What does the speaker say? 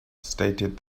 stated